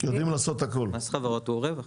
מס החברות הוא הרווח.